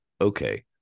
okay